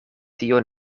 tio